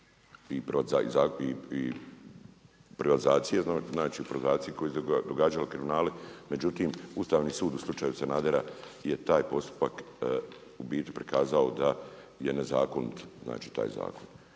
i privatizacije, znači privatizacije koja se događala u kriminalu međutim Ustavni sud u slučaju Sanadera je taj postupak u biti prikazao da je nezakonit taj zakon.